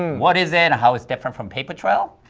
what is it, how it's different from papertrail?